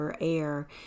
air